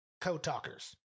co-talkers